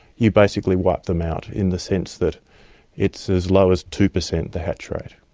you basically wipe them out in the sense that it's as low as two percent, the hatch rate.